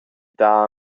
dar